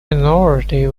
minority